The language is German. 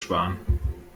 sparen